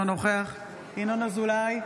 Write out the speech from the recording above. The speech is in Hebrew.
אינו נוכח ינון אזולאי,